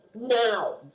now